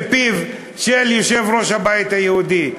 מפיו של יושב-ראש הבית היהודי,